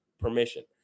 permission